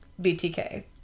BTK